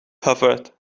hoovered